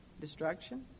destruction